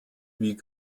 wie